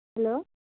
hello